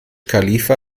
khalifa